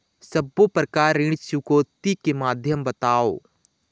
सब्बो प्रकार ऋण चुकौती के माध्यम बताव?